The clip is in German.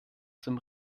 zum